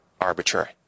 arbitrary